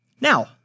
Now